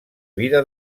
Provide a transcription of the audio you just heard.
vida